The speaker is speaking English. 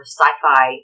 sci-fi